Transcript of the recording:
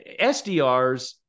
SDRs